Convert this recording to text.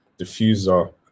diffuser